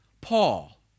Paul